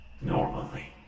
normally